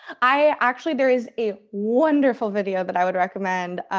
i actually, there is a wonderful video that i would recommend.